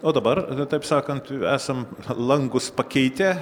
o dabar taip sakant esam langus pakeitę